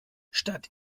statt